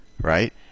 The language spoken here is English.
right